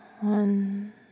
one